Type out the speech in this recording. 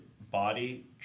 body